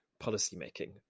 policymaking